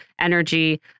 energy